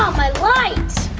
um my light!